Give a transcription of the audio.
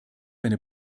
eine